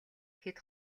хэд